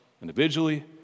individually